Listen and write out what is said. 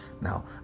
Now